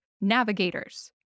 navigators